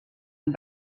amb